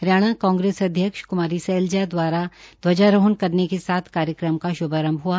हरियाणा कांग्रेस अध्यक्ष कुमारी सैलजा द्वारा ध्वजारोहन करने के साथ कार्यक्रम का शुभारंभ हआ